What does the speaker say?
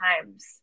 times